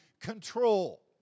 control